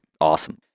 Awesome